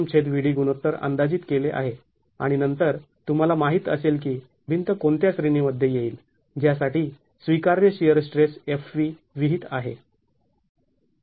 MVd गुणोत्तर अंदाजीत केले आहे आणि नंतर तुम्हाला माहीत असेल की भिंत कोणत्या श्रेणी मध्ये येईल ज्यासाठी स्वीकार्य शिअर स्ट्रेस Fv विहित आहे